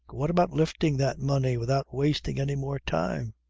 what about lifting that money without wasting any more time?